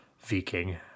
Viking